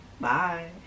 Bye